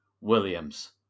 Williams